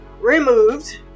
removed